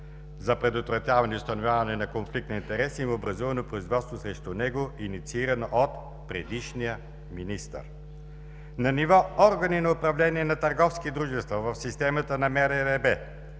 за предотвратяване и установяване на конфликт на интереси е образувано производство срещу него, инициирано от предишния министър. На ниво органи на управление на търговски дружества в системата на МРРБ